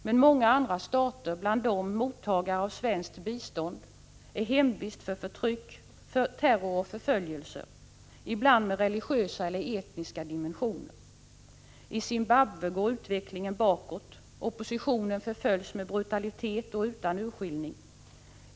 Men många andra stater, bland dem mottagare av svenskt bistånd, är hemvist för förtryck, terror och förföljelser, ibland med religiösa eller etniska dimensioner. I Zimbabwe går utvecklingen bakåt, oppositionen förföljs med brutalitet och utan urskillning.